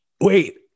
Wait